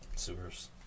sewers